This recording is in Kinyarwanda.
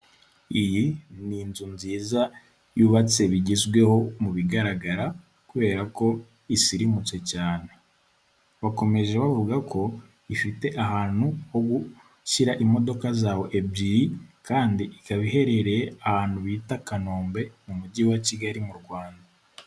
Iyi ni inzu nziza yubatse bigezweho mu bigaragara, kubera ko isirimutse cyane, bakomeje bavuga ko ifite ahantu ho gushyira imodoka zawe ebyiri kandi ikaba iherereye ahantu bita Kanombe mu mujyi wa Kigali mu Rwanda.